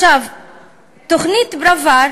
תוכנית פראוור